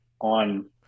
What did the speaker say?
on